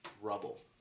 rubble